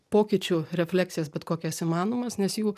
pokyčių refleksijas bet kokias įmanomas nes jų